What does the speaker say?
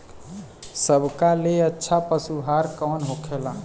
सबका ले अच्छा पशु आहार कवन होखेला?